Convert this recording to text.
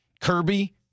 Kirby